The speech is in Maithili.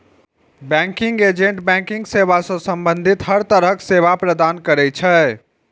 बैंकिंग एजेंट बैंकिंग सेवा सं संबंधित हर तरहक सेवा प्रदान करै छै